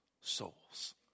souls